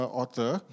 author